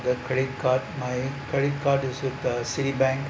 the credit card my credit card is is the citibank